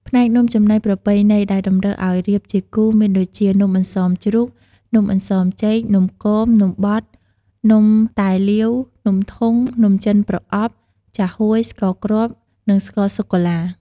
ផ្នែកនំចំណីប្រពៃណី ដែលតម្រូវអោយរៀបជាគូ មានដូចជា នំអន្សមជ្រូក នំអន្សមចេក នំគម នំបត់ នំតែលាវ នំធុង នំចិនប្រអប់ ចាហួយ ស្ករគ្រាប់ និងស្ករសុកាឡា។